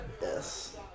Yes